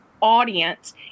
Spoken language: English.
audience